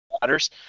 matters